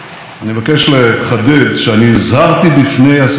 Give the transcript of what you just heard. היה כרוך בעימות ישיר עם הממשל האמריקני,